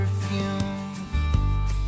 perfume